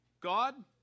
God